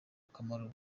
akamaro